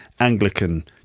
Anglican